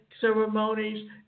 ceremonies